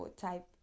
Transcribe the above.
type